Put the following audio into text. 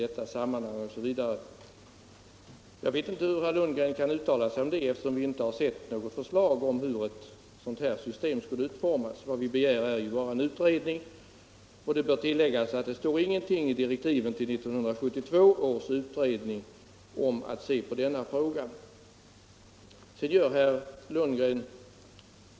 Jag vet inte hur herr Lundgren kan uttala sig om det, eftersom vi inte har sett något förslag till utformning av ett sådant system — vad vi begär är bara en utredning. Och det bör tilläggas att det inte står någonting i direktiven till 1972 års utredning om att den skall ta upp denna fråga.